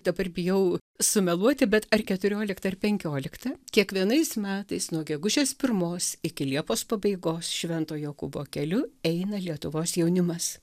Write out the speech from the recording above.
dabar bijau sumeluoti bet ar keturiolikta ir penkiolikta kiekvienais metais nuo gegužės pirmos iki liepos pabaigos švento jokūbo keliu eina lietuvos jaunimas